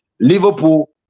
Liverpool